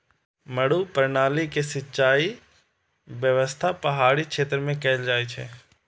मड्डू प्रणाली के सिंचाइ व्यवस्था पहाड़ी क्षेत्र मे कैल जाइ छै